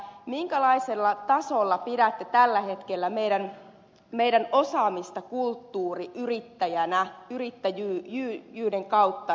minkälaisella tasolla pidätte tällä hetkellä meidän osaamistamme kulttuuriyrittäjänä yrittäjyyden kautta